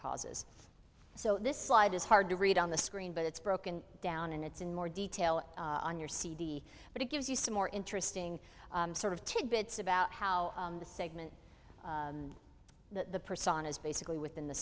causes so this slide is hard to read on the screen but it's broken down and it's in more detail on your cd but it gives you some more interesting sort of tidbits about how the segment the person is basically within the